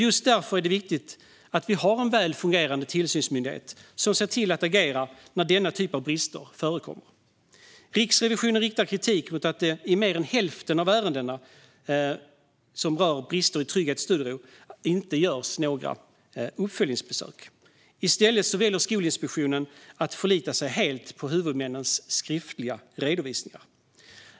Just därför är det viktigt att vi har en väl fungerande tillsynsmyndighet som ser till att agera när denna typ av brister förekommer. Riksrevisionen riktar kritik mot att det i mer än hälften av ärendena som rör brister i trygghet och studiero inte görs några uppföljningsbesök. I stället väljer Skolinspektionen att förlita sig helt på huvudmännens skriftliga redovisningar.